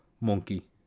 Monkey